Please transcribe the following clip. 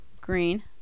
green